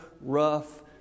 rough